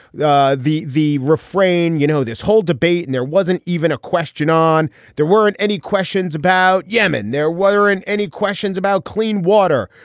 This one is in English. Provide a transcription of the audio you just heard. the the the refrain you know this whole debate and there wasn't even a question on there weren't any questions about yemen. there weren't and any questions about clean water.